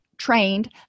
trained